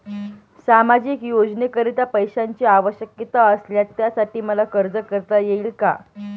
सामाजिक योजनेकरीता पैशांची आवश्यकता असल्यास त्यासाठी मला अर्ज करता येईल का?